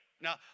Now